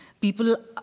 People